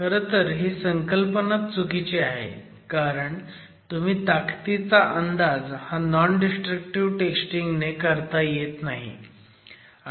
खरं तर ही संकल्पनाच चुकीची आहे कारण तुम्ही ताकदीचा अंदाज हा नॉन डिस्ट्रक्टिव्ह टेस्टिंग ने काढता येत नाही